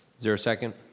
there a second?